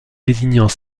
désignant